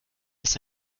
ist